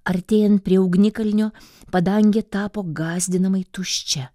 artėjant prie ugnikalnio padangė tapo gąsdinamai tuščia